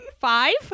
Five